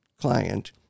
client